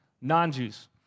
non-Jews